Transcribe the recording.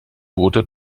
boote